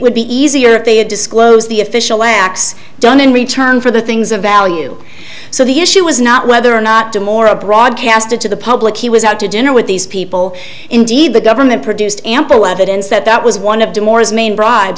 would be easier if they had disclosed the official acts done in return for the things of value so the issue was not whether or not to more a broadcasted to the public he was out to dinner with these people indeed the government produced ample evidence that that was one of